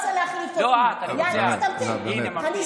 רגע, אתה רוצה לתת לי לדבר